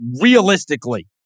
realistically